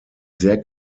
sehr